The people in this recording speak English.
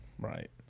Right